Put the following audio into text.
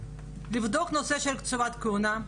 לבדוק נושא של קציבת כהונה,